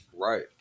Right